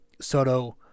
Soto